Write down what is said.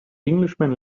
englishman